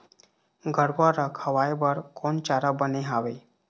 गरवा रा खवाए बर कोन चारा बने हावे?